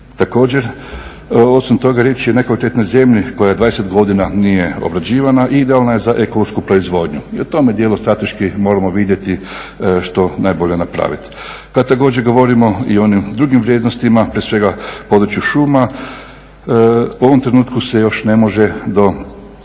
Također osim toga riječ je o nekvalitetnoj zemlji koja 20 godina nije obrađivana i idealna je za ekološku proizvodnju. I u tome dijelu strateški moramo vidjeti što najbolje napraviti. Kada također govorimo i o onim drugim vrijednostima prije svega području šuma u ovom trenutku se još ne može do